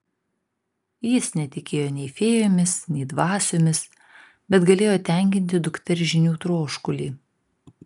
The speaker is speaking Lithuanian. jis netikėjo nei fėjomis nei dvasiomis bet galėjo tenkinti dukters žinių troškulį